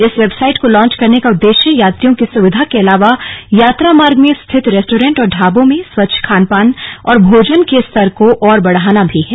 इस वेबसाइट को लॉन्च करने का उद्देश्य यात्रियों की सुविधा के अलावा यात्रा मार्ग में स्थित रेस्टोरेंट और ढाबों में स्वच्छ खानपान और भोजन के स्तर को ओर बढ़ाना भी है